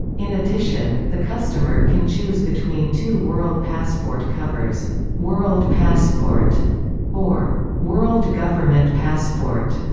in addition, the customer can choose between two world passport covers world passport or world government passport.